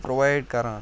provide کَران